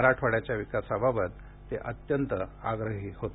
मराठवाड्याच्या विकासाबाबत ते अत्यंत आग्रही होते